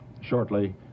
shortly